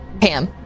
Pam